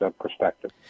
perspective